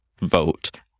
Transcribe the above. vote